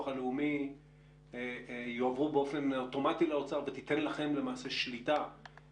הלאומי יועברו באופן אוטומטי לאוצר ותיתן לכם למעשה שליטה,